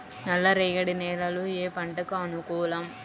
నల్ల రేగడి నేలలు ఏ పంటకు అనుకూలం?